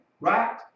Right